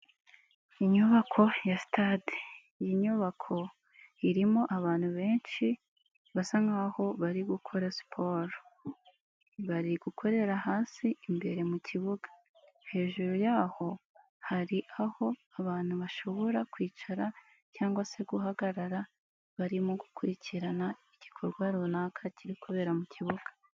Inyubako ya sitade, iyi nyubako irimo abantu benshi basa nkaho bari gukora siporo bari gukorera hasi imbere mu kibuga, hejuru yaho hari aho abantu bashobora kwicara cyangwa se guhagarara barimo gukurikirana igikorwa runaka kiri kubera mu kibuga.